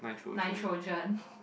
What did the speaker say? nitrogen